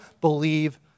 believe